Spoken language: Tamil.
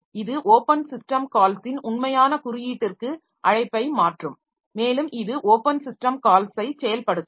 இது ஓப்பன் சிஸ்டம் கால்ஸின் உண்மையான குறியீட்டிற்கு அழைப்பை மாற்றும் மேலும் இது ஓப்பன் சிஸ்டம் கால்ஸை செயல்படுத்தும்